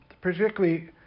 particularly